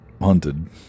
hunted